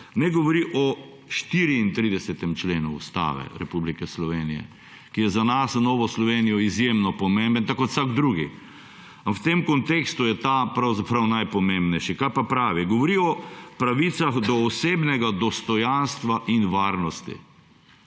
ne govori o 34. členu Ustave Republike Slovenije, ki je za nas, za Novo Slovenijo izjemno pomemben, tako kot vsak drugi. A v tem kontekstu je ta najpomembnejši. Kaj pa pravi? Govori o pravicah do osebnega dostojanstva in varnosti.